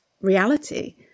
reality